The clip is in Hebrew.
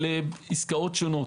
אלה עסקאות שונות.